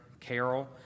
Carol